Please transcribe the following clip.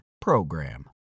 PROGRAM